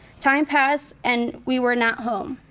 time passed and we were not home.